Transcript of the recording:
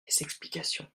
explications